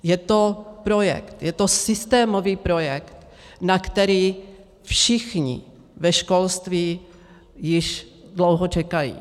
Je to projekt, je to systémový projekt, na který všichni ve školství již dlouho čekají.